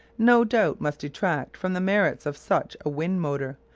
no doubt must detract from the merits of such a wind-motor,